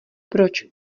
proč